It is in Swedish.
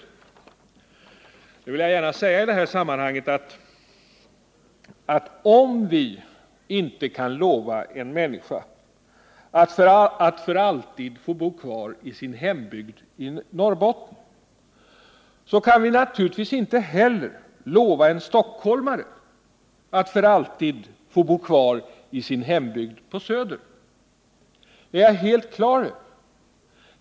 Nu vill jag gärna säga i det här sammanhanget att om vi inte kan lova en människa att för alltid få bo kvar i sin hembygd i Norrbotten, så kan vi naturligtvis inte heller lova en stockholmare att för alltid få bo kvar i sin hembygd på Söder. Det är jag helt klar över.